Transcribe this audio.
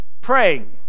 Praying